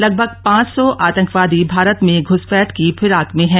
लगभग पांच सौ आतंकवादी भारत में घ्रसपैठ की फिराक में हैं